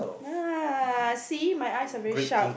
[huh] see my eyes are very sharp